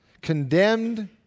condemned